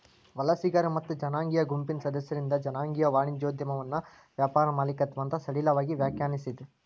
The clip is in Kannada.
ವಲಸಿಗರ ಮತ್ತ ಜನಾಂಗೇಯ ಗುಂಪಿನ್ ಸದಸ್ಯರಿಂದ್ ಜನಾಂಗೇಯ ವಾಣಿಜ್ಯೋದ್ಯಮವನ್ನ ವ್ಯಾಪಾರ ಮಾಲೇಕತ್ವ ಅಂತ್ ಸಡಿಲವಾಗಿ ವ್ಯಾಖ್ಯಾನಿಸೇದ್